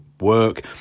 work